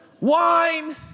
wine